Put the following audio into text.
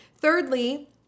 Thirdly